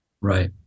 Right